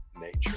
Nature